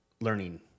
learning